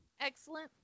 Excellent